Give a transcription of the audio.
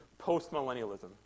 postmillennialism